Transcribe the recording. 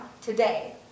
today